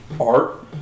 art